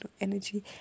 energy